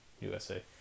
USA